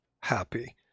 happy